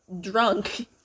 drunk